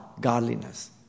Godliness